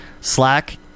Slack